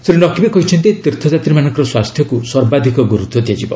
ଶ୍ରୀ ନକ୍ବୀ କହିଛନ୍ତି ତୀର୍ଥ ଯାତ୍ରୀମାନଙ୍କର ସ୍ୱାସ୍ଥ୍ୟକୁ ସର୍ବାଧିକ ଗୁରୁତ୍ୱ ଦିଆଯିବ